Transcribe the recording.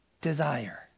desire